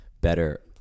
better